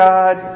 God